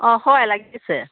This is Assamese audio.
অঁ হয় লাগিছে